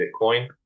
Bitcoin